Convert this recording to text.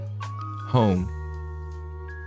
home